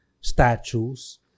statues